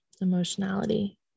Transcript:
emotionality